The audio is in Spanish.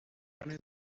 pone